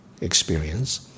experience